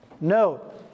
No